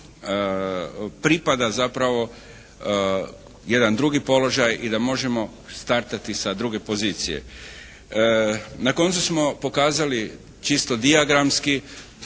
pripada zapravo jedan drugi položaj i da možemo startati sa druge pozicije. Na koncu smo pokazali čisto dijagramski